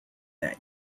that